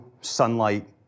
sunlight